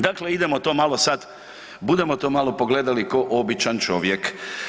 Dakle, idemo to malo sad, budemo to malo pogledali ko običan čovjek.